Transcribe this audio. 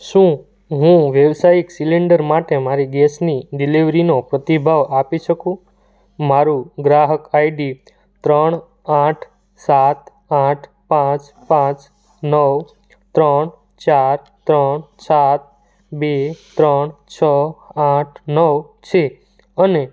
શું હું વ્યવસાયિક સિલિન્ડર માટે મારી ગેસની ડિલિવરીનો પ્રતિભાવ આપી શકું મારું ગ્રાહક આઈડી ત્રણ આઠ સાત આઠ પાંચ પાંચ નવ ત્રણ ચાર ત્રણ સાત બે ત્રણ છ આઠ નવ છે અને